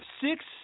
six